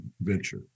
venture